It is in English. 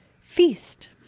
feast